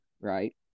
right